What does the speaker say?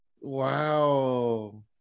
wow